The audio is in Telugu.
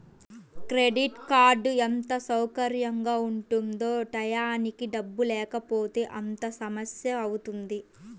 క్రెడిట్ కార్డ్ ఎంత సౌకర్యంగా ఉంటుందో టైయ్యానికి డబ్బుల్లేకపోతే అంతే సమస్యవుతుంది